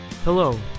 Hello